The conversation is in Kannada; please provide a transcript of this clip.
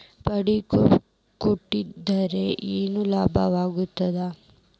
ಫಂಡಿಂಗ್ ಕೊಡೊದ್ರಿಂದಾ ಏನ್ ಲಾಭಾಗ್ತದ?